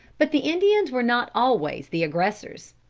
but the indians were not always the aggressors.